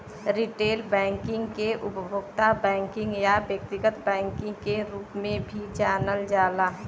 retail banking के उपभोक्ता banking या व्यक्तिगत बैंकिंग के रूप में भी जानल जाला